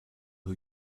who